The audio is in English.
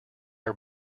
are